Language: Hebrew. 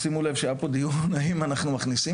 שימו לב שהיה פה דיון האם אנחנו מכניסים